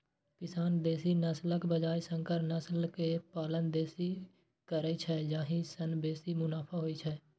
किसान देसी नस्लक बजाय संकर नस्ल के पालन बेसी करै छै, जाहि सं बेसी मुनाफा होइ छै